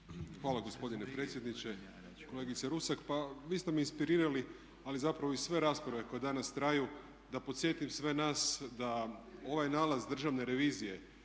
Hvala gospodine predsjedniče, kolegice Rusak. Pa vi ste me inspirirali, ali zapravo i sve rasprave koje danas traju da podsjetim sve nas da ovaj nalaz Državne revizije